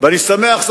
אני שמח,